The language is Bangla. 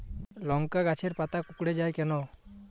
লংকা গাছের পাতা কুকড়ে যায় কেনো?